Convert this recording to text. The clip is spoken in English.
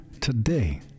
today